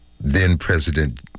then-President